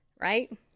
Right